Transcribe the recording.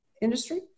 Industry